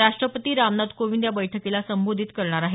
राष्टपती रामनाथ कोविंद या बैठकीला संबोधित करणार आहेत